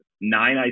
nine